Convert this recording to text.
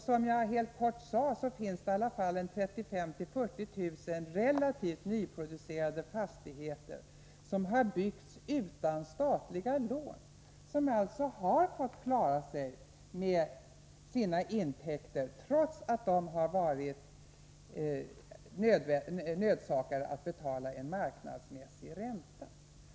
Som jag helt kort sade finns det i alla fall 35 000-40 000 relativt nyproducerade fastigheter som har byggts utan statliga lån och alltså fått klara sig med sina intäkter, trots att de har varit nödsakade att betala marknadsmässig ränta.